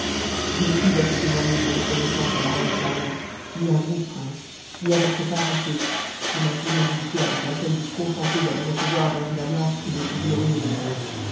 je ne nus assez témoigner de reconnaissance à la reine sa mère ni à vous prince m à votre parenté de la générosité avec laquelle vous consentez à me rerevoir dans une alliance qui m'est si glorieuse